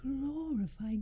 glorify